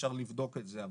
אפשר לבדוק את זה.